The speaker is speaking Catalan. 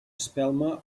espelma